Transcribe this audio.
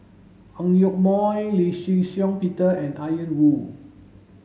Ang Yoke Mooi Lee Shih Shiong Peter and Ian Woo